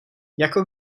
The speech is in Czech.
jako